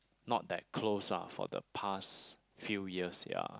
not that close lah for the past few years ya